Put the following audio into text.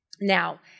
Now